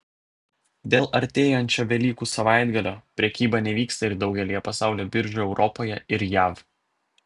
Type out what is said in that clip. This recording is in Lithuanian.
dėl artėjančio velykų savaitgalio prekyba nevyksta ir daugelyje pasaulio biržų europoje ir jav